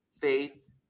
faith